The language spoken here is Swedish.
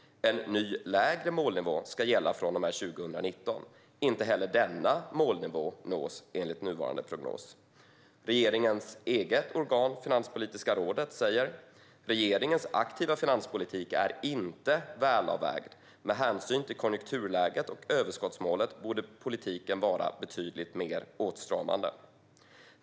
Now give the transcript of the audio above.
En ny lägre målnivå ska gälla från och med 2019. Inte heller denna målnivå nås enligt nuvarande prognos." Regeringens eget organ, Finanspolitiska rådet, skriver: "Regeringens aktiva finanspolitik är inte välavvägd. Med hänsyn till konjunkturläget och överskottsmålet borde politiken vara betydligt mer åtstramande."